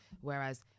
Whereas